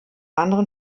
anderen